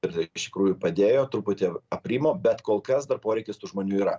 ir tai iš tikrųjų padėjo truputį aprimo bet kol kas dar poreikis tų žmonių yra